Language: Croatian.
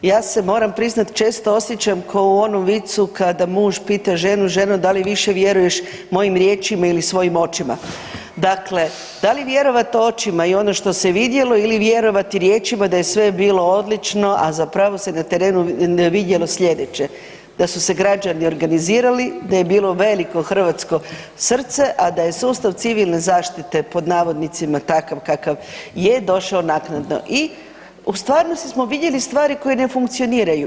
Ja se moram priznat često osjećam ko u onom vicu kada muž pita ženu „ženo da li više vjeruješ mojim riječima ili svojim očima“, dakle da li vjerovat očima i ono što se vidjelo ili vjerovati riječima da je bilo sve odlično, a zapravo se na terenu vidjelo slijedeće da su se građani organizirali, da je bilo veliko hrvatsko srce, a da je sustav civilne zaštite pod navodnicima takav kakav je došao naknadno i u stvarnosti smo vidjeli stvari koje ne funkcioniraju.